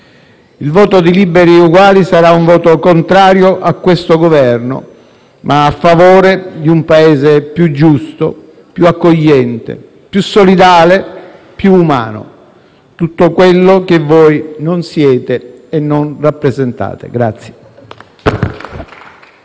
Il voto di Liberi e Uguali sarà contrario a questo Governo e a favore di un Paese più giusto, più accogliente, più solidale e più umano, tutto quello che voi non siete e non rappresentate.